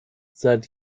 seit